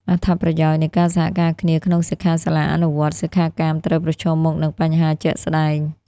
អត្ថប្រយោជន៍នៃការសហការគ្នាក្នុងសិក្ខាសាលាអនុវត្តន៍ សិក្ខាកាមត្រូវប្រឈមមុខនឹងបញ្ហាជាក់ស្ដែង។